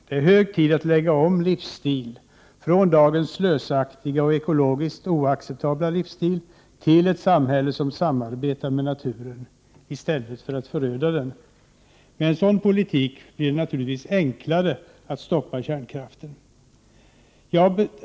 Det är hög tid att lägga om livsstil från dagens slösaktiga och ekologiskt oacceptabla livsstil till ett samhälle som samarbetar med naturen i stället för att föröda den. Med en sådan politik blir det naturligtvis än enklare att stoppa kärnkraften.